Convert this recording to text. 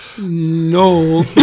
No